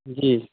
जी